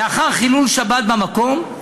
לאחר חילול שבת במקום,